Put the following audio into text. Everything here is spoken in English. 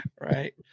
Right